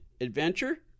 adventure